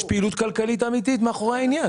יש פעילות כלכלית אמיתית מאחורי העניין.